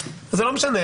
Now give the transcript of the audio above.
זה לא משנה.